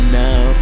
now